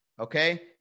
okay